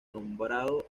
nombrado